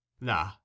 Nah